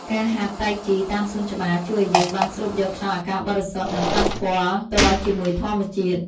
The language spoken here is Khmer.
ការហាត់តៃជីតាមសួនច្បារជួយឱ្យយើងបានស្រូបយកខ្យល់អាកាសបរិសុទ្ធ និងប៉ះពាល់ផ្ទាល់ជាមួយធម្មជាតិ។